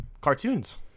cartoons